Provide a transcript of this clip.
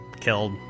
killed